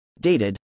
Dated